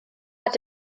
hat